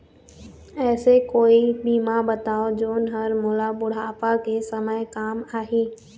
ऐसे कोई बीमा बताव जोन हर मोला बुढ़ापा के समय काम आही?